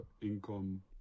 income